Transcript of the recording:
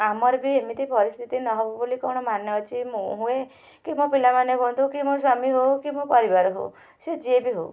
ଆମର ବି ଏମିତି ପରିସ୍ଥିତି ନ ହବ ବୋଲି କ'ଣ ମାନେ ଅଛି ମୁଁ ହୁଏ କି ମୋ ପିଲାମାନେ ହୁଅନ୍ତୁ କି ମୋ ସ୍ୱାମୀ ହଉ କି ମୋ ପରିବାର ହଉ ସିଏ ଯିଏ ବି ହଉ